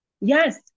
Yes